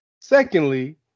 Secondly